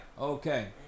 okay